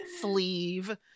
Sleeve